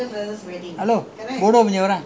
I already tell once in a while